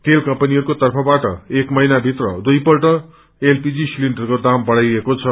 तेल कम्पनीहरूको तर्फबाट एक महिना भित्र दुइपल्ट एलपीजी सिलिण्डरको दाम बढाइएको छ